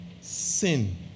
sin